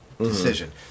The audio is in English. decision